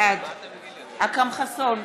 בעד אכרם חסון,